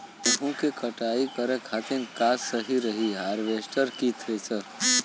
गेहूँ के कटाई करे खातिर का सही रही हार्वेस्टर की थ्रेशर?